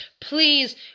please